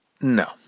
No